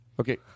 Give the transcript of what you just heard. Okay